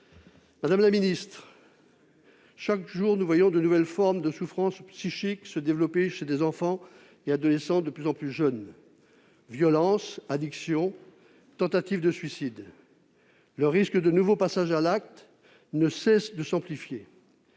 Madame la ministre, chaque jour, nous voyons de nouvelles formes de souffrances psychiques se développer chez des enfants et adolescents de plus en plus jeunes : violences, addictions, tentatives de suicide ... Le risque de nouveaux passages à l'acte ne cesse de s'amplifier.